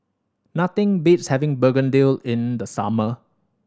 nothing beats having begedil in the summer